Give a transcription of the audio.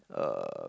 um